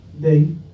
Day